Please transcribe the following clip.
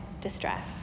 distress